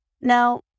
Now